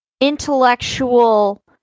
intellectual